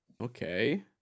okay